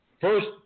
first